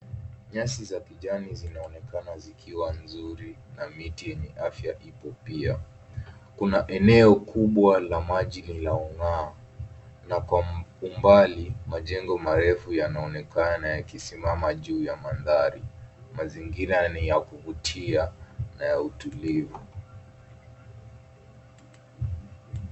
Nyasi za kijani zinaonekana zikiwa nzuri na miti yenye afya ipo pia. Kuna eneo kubwa la maji linaong'aa na kwa umbali majengo marefu yanaonekana yakisimama juu ya mandhari. Mazingira ni ya kuvutia na ya utulivu.